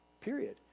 Period